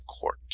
Court